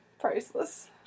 Priceless